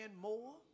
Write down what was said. more